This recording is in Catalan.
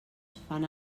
fan